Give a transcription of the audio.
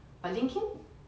but LinkedIn